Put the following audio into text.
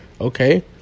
Okay